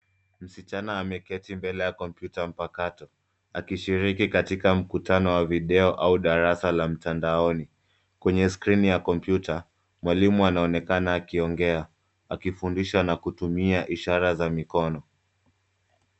Msichana ameketi mbele ya kompyuta mpakato akishiriki katika mkutano wa video au darasa la mtandaoni. Kwenye skrini ya kompyuta, mwalimu anaonekana akiongea akifundisha na kutumia ishara za mikono.